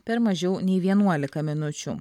per mažiau nei vienuolika minučių